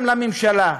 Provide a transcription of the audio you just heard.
גם בממשלה,